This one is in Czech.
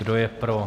Kdo je pro?